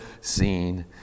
seen